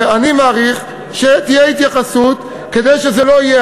ואני מעריך שתהיה התייחסות כדי שזה לא יהיה.